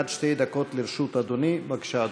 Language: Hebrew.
עד שתי דקות לרשות אדוני, בבקשה.